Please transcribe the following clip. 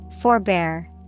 Forebear